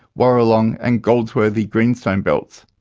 warralong and goldsworthy greenstone belts.